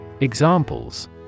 Examples